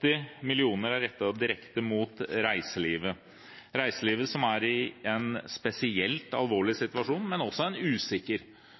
80 mill. kr er rettet direkte mot reiselivet – reiselivet som er i en spesielt alvorlig, men også usikker